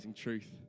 Truth